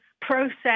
process